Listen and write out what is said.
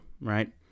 right